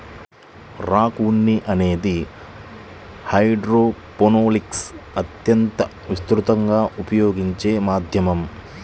rock ఉన్ని అనేది హైడ్రోపోనిక్స్లో అత్యంత విస్తృతంగా ఉపయోగించే మాధ్యమం